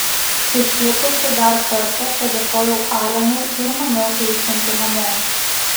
išlipusi dar kartą padėkojau alenui ir maniau eisianti namo